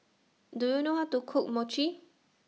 Do YOU know How to Cook Mochi